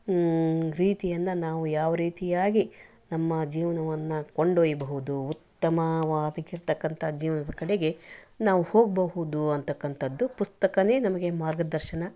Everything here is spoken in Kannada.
ರೀತಿಯನ್ನು ನಾವು ಯಾವ ರೀತಿಯಾಗಿ ನಮ್ಮ ಜೀವನವನ್ನು ಕೊಂಡೊಯ್ಯಬಹುದು ಉತ್ತಮವಾಗಿರತಕ್ಕಂಥ ಜೀವನದ ಕಡೆಗೆ ನಾವು ಹೋಗಬಹುದು ಅನ್ನತಕ್ಕಂಥದ್ದು ಪುಸ್ತಕವೇ ನಮಗೆ ಮಾರ್ಗದರ್ಶನ